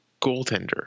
Goaltender